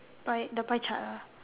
pie the pie chart ah